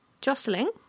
Jostling